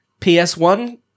PS1